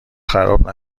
خراب